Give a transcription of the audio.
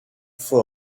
for